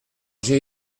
j’ai